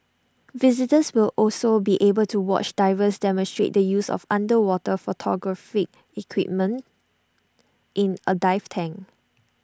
visitors will also be able to watch divers demonstrate the use of underwater photographic equipment in A dive tank